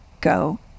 go